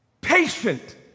patient